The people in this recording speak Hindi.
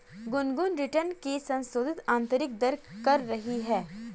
गुनगुन रिटर्न की संशोधित आंतरिक दर कर रही है